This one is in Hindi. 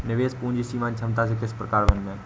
निवेश पूंजी सीमांत क्षमता से किस प्रकार भिन्न है?